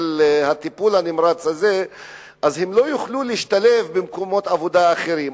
טיפול נמרץ לא יוכלו להשתלב במקומות עבודה אחרים.